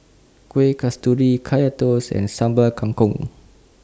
Kueh Kasturi Kaya Toast and Sambal Kangkong